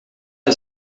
hij